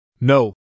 No